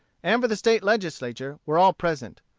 and for the state legislature, were all present.